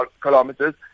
kilometers